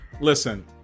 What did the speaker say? Listen